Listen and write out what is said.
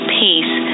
peace